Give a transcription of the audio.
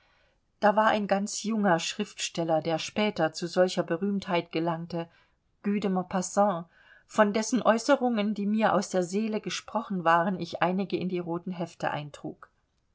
da war ein ganz junger schriftsteller der später zu solcher berühmtheit gelangte guy de maupassant von dessen äußerungen die mir aus der seele gesprochen waren ich einige in die roten hefte eintrug